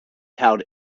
held